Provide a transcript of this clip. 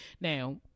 now